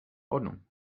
ordnung